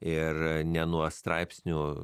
ir ne nuo straipsnių